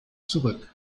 zurück